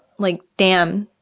like, damn.